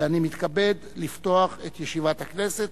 ואני מתכבד לפתוח את ישיבת הכנסת.